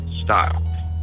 style